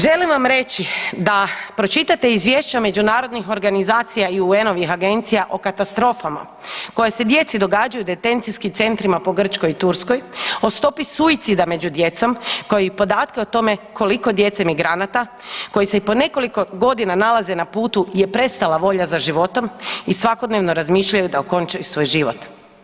Želim vam reći da pročitate izvješće međunarodnih organizacija i UN-ovih agencija o katastrofama koje se djece događaju u detencijskim centrima po Grčkoj i Turskoj, o stopi suicida među djecom kao i podatke o tome koliko djece migranata koji se i po nekoliko godina nalaze na putu je prestala volja za životom i svakodnevno razmišljaju da okončaju svoj život.